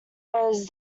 was